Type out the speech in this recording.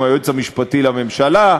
עם היועץ המשפטי לממשלה,